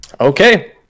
okay